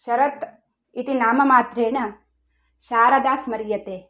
शरत् इति नाम मात्रेण शारदा स्मर्यते